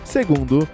Segundo